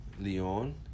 Leon